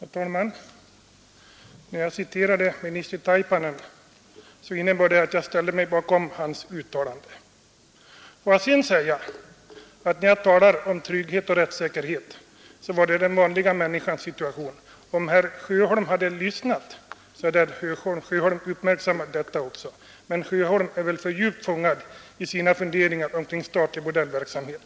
Herr talman! När jag citerade minister Kaipainen innebar det att jag ställde mig bakom hans uttalande. Får jag sedan säga att när jag talar om trygghet och rättssäkerhet gäller det den vanliga människans situation. Om herr Sjöholm hade lyssnat hade herr Sjöholm uppmärksammat det också. Men herr Sjöholm är väl för djupt fången i sina funderingar omkring statlig bordellverksamhet.